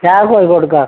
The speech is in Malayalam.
ചായ പോയി കൊടുക്കാം